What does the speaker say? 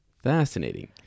fascinating